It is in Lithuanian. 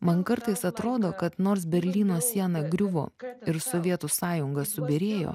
man kartais atrodo kad nors berlyno siena griuvo ir sovietų sąjunga subyrėjo